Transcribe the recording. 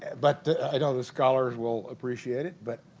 but i know the scholars will appreciate it but